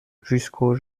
jusqu’au